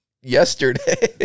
yesterday